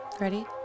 Ready